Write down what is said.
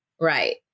right